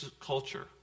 culture